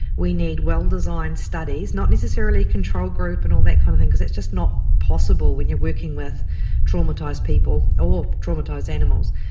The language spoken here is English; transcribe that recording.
we need well designed studies, not necessarily control group and all that kind of thing, because that's just not possible when you are working with traumatised people or traumatised animals.